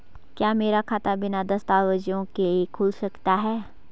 क्या मेरा खाता बिना दस्तावेज़ों के खुल सकता है?